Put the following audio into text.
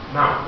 Now